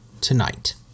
tonight